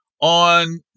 on